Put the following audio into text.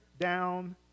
down